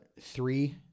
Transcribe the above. Three